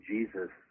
Jesus